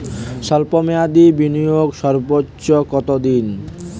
স্বল্প মেয়াদি বিনিয়োগ সর্বোচ্চ কত দিন?